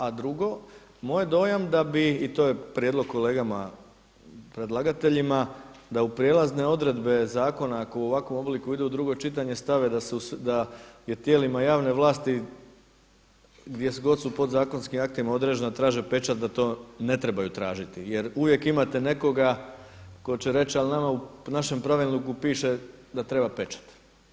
A drugo, moj je dojam da bi, i to je prijedlog kolegama predlagateljima da u prijelazne odredbe zakona ako u ovakvom obliku idu u drugo čitanje stave da je tijelima javne vlasti gdje su podzakonskim aktima određena da traže pečat da to ne trebaju tražiti jer uvijek imate nekoga tko će reći, ali u nama u našem pravilniku piše da treba pečat.